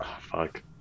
fuck